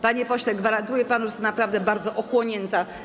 Panie pośle, gwarantuję panu, że jestem naprawdę bardzo ochłonięta.